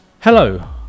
Hello